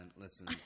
Listen